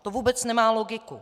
To vůbec nemá logiku.